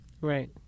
Right